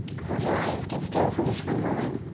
close your eyes, get still for just one moment.